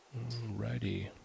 Alrighty